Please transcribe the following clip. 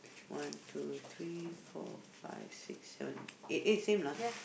one two there four five six seven eight eh same lah